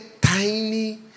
tiny